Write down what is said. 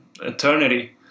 eternity